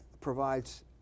provides